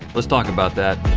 let's talk about that.